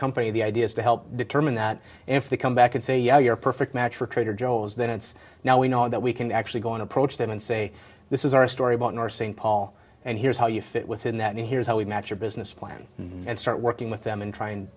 company the idea is to help determine that if they come back and say yeah your perfect match for trader joe's then it's now we know that we can actually go in approach them and say this is our story about nursing paul and here's how you fit within that and here's how we match your business plan and start working with them and try